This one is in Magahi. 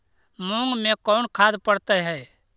मुंग मे कोन खाद पड़तै है?